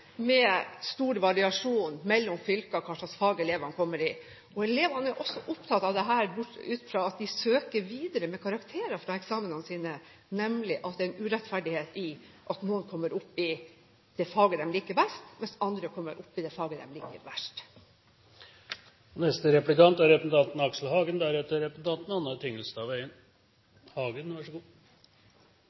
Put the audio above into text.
med stor variasjon mellom fylkene i hva slags fag elevene kommer opp i. Elevene er også opptatt av, ut fra at de søker videre med eksamenskarakterene sine, at det er en urettferdighet i at noen kommer opp i det faget de liker best, mens andre kommer opp i det faget de liker dårligst. Først valgfag: Det Ødegaard gjør i Dagsavisen i dag, er